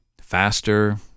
faster